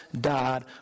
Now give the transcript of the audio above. died